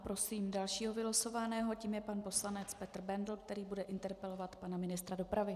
Prosím dalšího vylosovaného, tím je pan poslanec Petr Bendl, který bude interpelovat pana ministra dopravy.